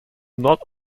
not